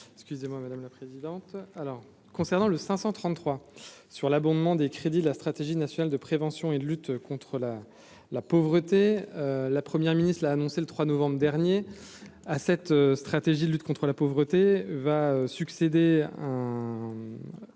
Excusez-moi, madame la présidente, alors concernant le 533 sur l'abondement des crédits, la stratégie nationale de prévention et de lutte contre la la pauvreté, la première ministre, il a annoncé le 3 novembre dernier à cette stratégie de lutte contre la pauvreté va succéder un